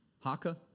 Haka